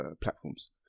platforms